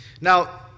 Now